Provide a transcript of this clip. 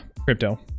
Crypto